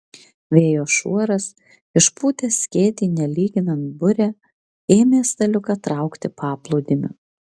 vėjo šuoras išpūtęs skėtį nelyginant burę ėmė staliuką traukti paplūdimiu